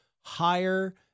higher